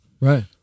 Right